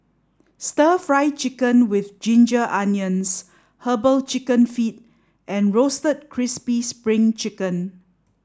stir fry chicken with ginger onions herbal chicken feet and roasted crispy spring chicken